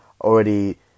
already